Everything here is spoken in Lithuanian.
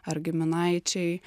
ar giminaičiai